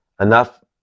enough